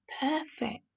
perfect